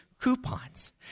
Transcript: coupons